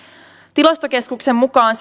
tilastokeskuksen mukaan